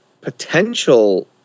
potential